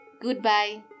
Goodbye